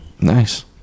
nice